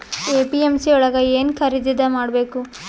APMC ಯೊಳಗ ಏನ್ ಖರೀದಿದ ಮಾಡ್ಬೇಕು?